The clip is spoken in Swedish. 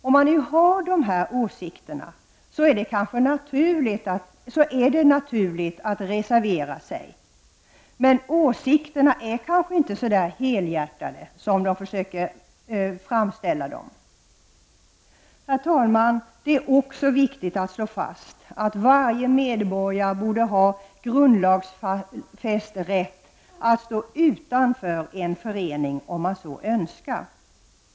Har man dessa åsikter är det naturligt att reservera sig. Men åsikterna kanske inte är så helhjärtade som man försöker framställa dem. Herr talman! Det är också viktigt att slå fast att varje medborgare borde ha grundlagsfäst rätt att stå utanför en förening om man så önskar.